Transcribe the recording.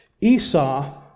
Esau